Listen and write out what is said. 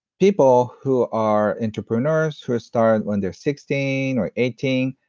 people who are entrepreneurs who started when they're sixteen or eighteen,